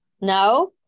No